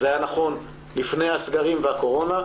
זה היה נכון לפני הסגרים והקורונה,